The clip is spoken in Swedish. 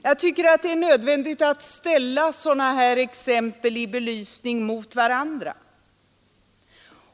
Jag tycker att det är nödvändigt att ställa sådana här exempel i belysning mot varandra.